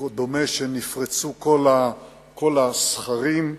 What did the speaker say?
דומה שנפרצו כל הסכרים,